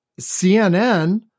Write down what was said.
CNN